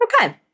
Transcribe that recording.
Okay